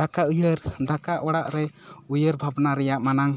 ᱫᱟᱠᱟ ᱩᱭᱦᱟᱹᱨ ᱫᱟᱠᱟ ᱚᱲᱟᱜ ᱨᱮ ᱩᱭᱦᱟᱹᱨ ᱵᱷᱟᱵᱽᱱᱟ ᱨᱮᱭᱟᱝ ᱢᱟᱨᱟᱝ